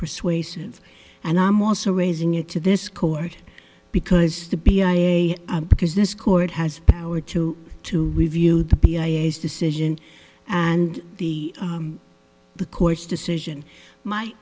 persuasive and i'm also raising it to this court because the b i a because this court has the power to to review the p i a s decision and the the court's decision my